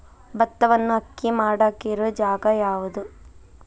ಭತ್ತವನ್ನು ಅಕ್ಕಿ ಮಾಡಾಕ ಇರು ಜಾಗ ಯಾವುದು?